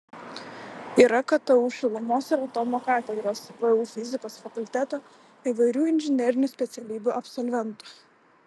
yra ktu šilumos ir atomo katedros vu fizikos fakulteto įvairių inžinerinių specialybių absolventų